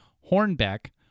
Hornbeck